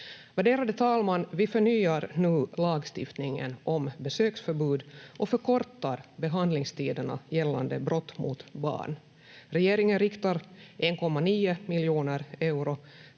Värderade talman! Vi förnyar nu lagstiftningen om besöksförbud och förkortar behandlingstiderna gällande brott mot barn. Regeringen riktar 1,9 miljoner euro